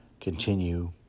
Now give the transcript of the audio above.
continue